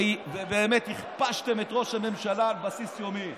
ובאמת הכפשתם את ראש הממשלה על בסיס יומי.